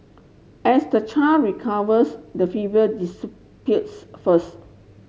as the child recovers the fever disappears first